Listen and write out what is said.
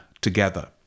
together